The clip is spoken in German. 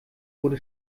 wurde